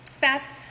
Fast